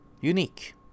unique